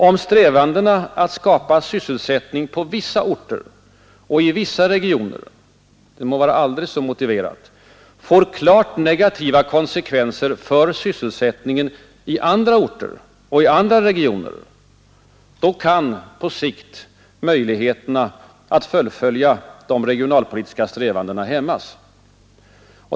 Om strävanden att skapa sysselsättning på vissa orter och i vissa regioner — de må vara aldrig så motiverade — får klart negativa konsekvenser för sysselsättningen i andra orter eller regioner, då kan på sikt möjligheterna att fullfölja de regionalpolitiska strävandena hämmas.